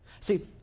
See